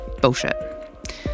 bullshit